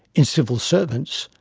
in civil servants,